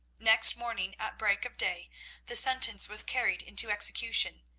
next morning at break of day the sentence was carried into execution,